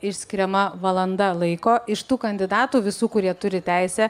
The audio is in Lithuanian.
išskiriama valanda laiko iš tų kandidatų visų kurie turi teisę